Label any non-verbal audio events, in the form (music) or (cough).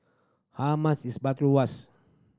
how much is (unintelligible)